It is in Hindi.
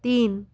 तीन